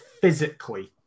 physically